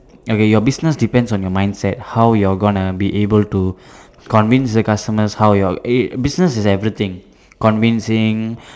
okay your business depends on your mindset how you're gonna be able to convince the customers how your eh business is everything convincing